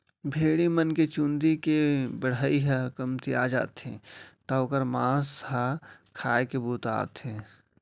भेड़ी मन के चूंदी के बढ़ई ह कमतिया जाथे त ओकर मांस ह खाए के बूता आथे